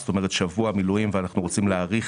כלומר שבוע מילואים ואנחנו רוצים להאריך